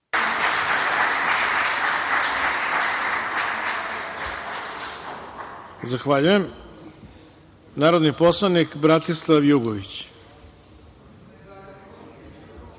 Zahvaljujem. Reč ima narodni poslanik Bratislav Jugović.